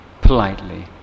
Politely